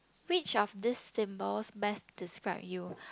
which of these symbols best describe you